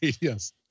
Yes